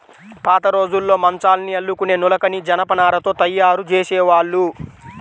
పాతరోజుల్లో మంచాల్ని అల్లుకునే నులకని జనపనారతో తయ్యారు జేసేవాళ్ళు